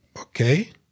Okay